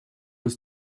was